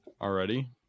already